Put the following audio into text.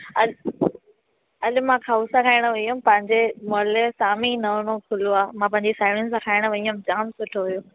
अॼ अॼ मां खउसा खाइण वई हुयमि पांहिंजे महोल्ले ये साम्हूं ई नओं नओं खुलियो आहे मां पांहिंजी साहेड़ियुनि सां खाइण वई हुयमि जाम सुठो हुयो